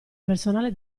personale